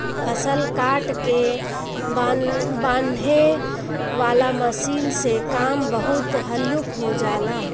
फसल काट के बांनेह वाला मशीन से काम बहुत हल्लुक हो जाला